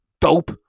Dope